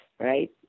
right